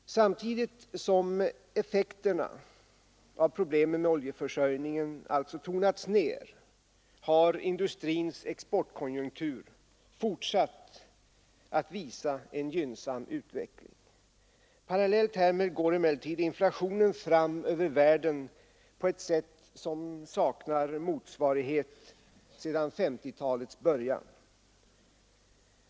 Samtidigt som effekterna av problemen med oljeförsörjningen alltså tonats ned har industrins exportkonjunktur fortsatt att visa en gynnsam utveckling. Parallellt härmed går emellertid inflationen fram över världen på ett sätt som saknar motsvarighet sedan 1950-talets början.